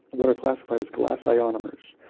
what are classified as glass ionomers.